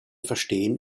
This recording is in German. verstehen